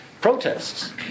protests